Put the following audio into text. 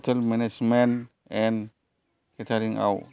hotel management and केटारिंआव